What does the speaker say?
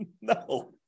No